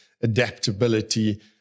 adaptability